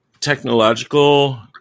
technological